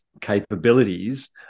capabilities